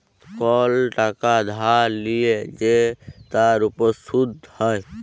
call টাকা ধার লিয়ে যে তার উপর শুধ হ্যয়